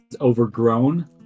overgrown